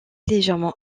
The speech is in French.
légèrement